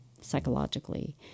psychologically